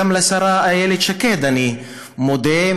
גם לשרה איילת שקד אני מודה,